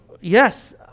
yes